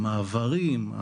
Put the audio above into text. המעברים,